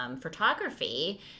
Photography